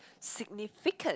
significance